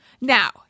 Now